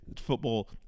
football